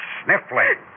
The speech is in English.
sniffling